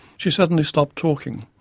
she suddenly stopped talking,